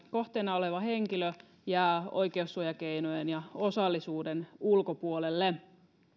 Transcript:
kohteena oleva henkilö jää oikeussuojakeinojen ja osallisuuden ulkopuolelle